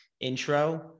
intro